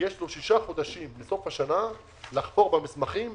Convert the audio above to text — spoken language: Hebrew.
יש שישה חודשים מסוף השנה לחפור במסמכים